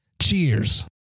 Cheers